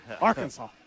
Arkansas